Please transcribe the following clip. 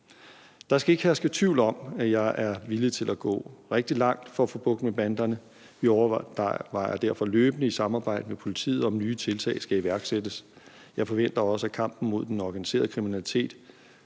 Der skal ikke herske tvivl om, at jeg er villig til at gå rigtig langt for at få bugt med banderne, og vi overvejer derfor løbende i samarbejde med politiet, om nye tiltag skal iværksættes. Jeg forventer også, at kampen mod den organiserede kriminalitet